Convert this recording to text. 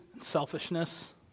selfishness